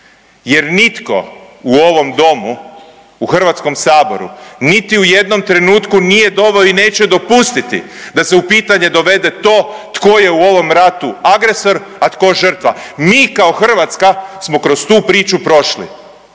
jer nitko u ovom domu, u Hrvatskom saboru niti u jednom trenutku nije doveo i neće dopustiti da se u pitanje dovede to tko je u ovom ratu agresor, a tko žrtva. Mi kao Hrvatska smo kroz tu priču prošli